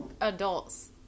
adults